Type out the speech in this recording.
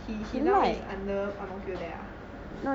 he he now is under ang mo kio there uh